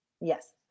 yes